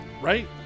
right